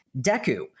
Deku